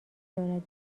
دارد